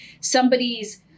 somebody's